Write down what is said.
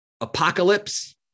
apocalypse